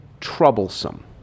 troublesome